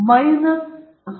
1 ಇಲ್ಲಿ ಅದು 68